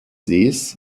sees